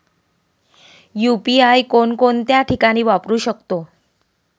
UPI कोणकोणत्या ठिकाणी वापरू शकतो?